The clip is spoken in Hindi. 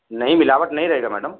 नहीं मिलावट नहीं रहेगा मैडम